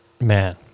Man